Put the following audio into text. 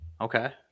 Okay